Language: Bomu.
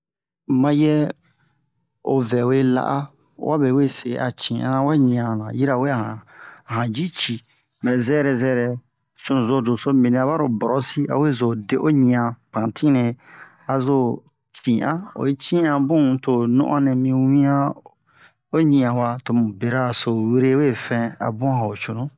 Mayɛ o vɛwe la'a a wabe we se a ci'ana wa ɲi'an yirawe a han a han ji ci mɛ zɛrɛ zɛrɛ sunu zo doso mibini a baro brosi awe zo de'o ɲian pantine a zo ci'an oyi cina bun to ho no'on nɛ mi wian o ɲian wa tomu bera so were we fɛn a bun a'o cunu